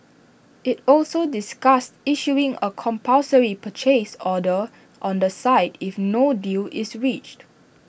IT also discussed issuing A compulsory purchase order on the site if no deal is reached